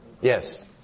Yes